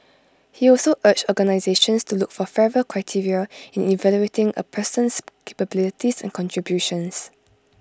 he also urged organisations to look for fairer criteria in evaluating A person's capabilities and contributions